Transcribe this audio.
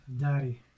Daddy